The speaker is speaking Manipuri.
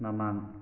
ꯃꯃꯥꯡ